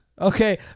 Okay